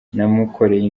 namukoreye